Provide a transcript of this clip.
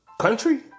country